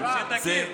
שתכיר.